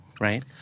right